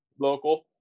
local